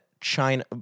China